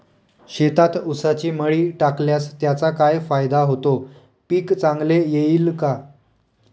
शेतात ऊसाची मळी टाकल्यास त्याचा काय फायदा होतो, पीक चांगले येईल का?